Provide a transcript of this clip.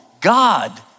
God